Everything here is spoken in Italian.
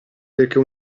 perché